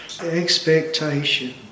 expectation